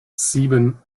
sieben